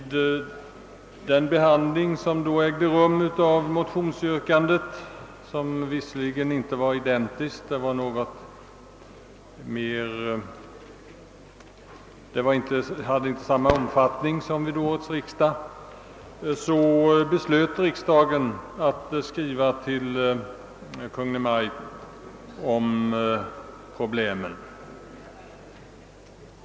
Det beslut som då fattades till följd av motionsyrkandet — som dock inte hade samma omfattning som yrkandet till årets riksdag — innebar att riksdagen beslöt att skriva till Kungl. Maj:t om problemen.